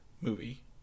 movie